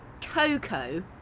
Coco